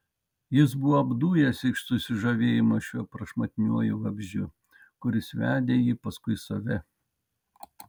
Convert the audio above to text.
jis buvo apdujęs iš susižavėjimo šiuo prašmatniuoju vabzdžiu kuris vedė jį paskui save